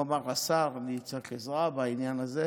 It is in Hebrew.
והוא אמר: השר, אני צריך עזרה בעניין הזה,